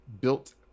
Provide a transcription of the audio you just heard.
built